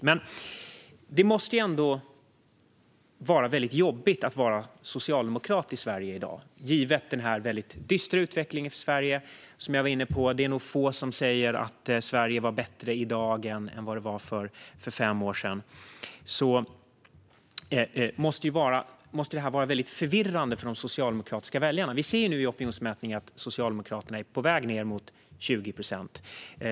Givet den dystra utvecklingen som jag var inne på måste det ändå vara jobbigt att vara socialdemokrat i Sverige i dag. Det är nog få som säger att Sverige är bättre i dag än vad det var för fem år sedan. Det måste vara väldigt förvirrande för de socialdemokratiska väljarna. Vi ser nu i opinionsmätningar att Socialdemokraterna är på väg ned mot 20 procent.